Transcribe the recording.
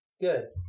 Good